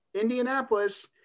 Indianapolis –